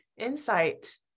insight